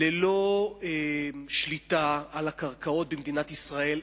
ללא שליטה על הקרקעות במדינת ישראל,